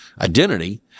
identity